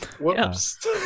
whoops